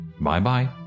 Bye-bye